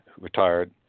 retired